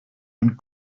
and